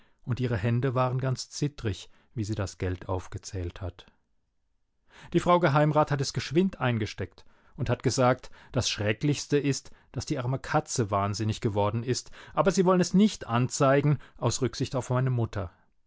und ihre hände waren ganz zittrig wie sie das geld aufgezählt hat die frau geheimrat hat es geschwind eingesteckt und hat gesagt das schrecklichste ist daß die arme katze wahnsinnig geworden ist aber sie wollen es nicht anzeigen aus rücksicht auf meine mutter